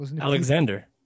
Alexander